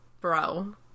bro